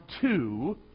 two